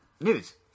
news